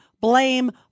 blame